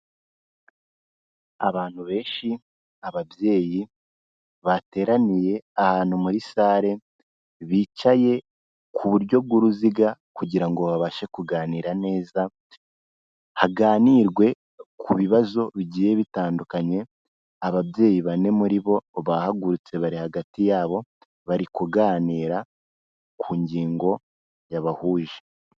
Abantu benshi, ababyeyi bateraniye ahantu muri sare, bicaye ku buryo bw'uruziga kugira ngo babashe kuganira neza, haganirwe ku bibazo bigiye bitandukanye, ababyeyi bane muri bo bahagurutse bari hagati yabo, bari kuganira ku ngingo yabahuje.